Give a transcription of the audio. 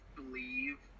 believe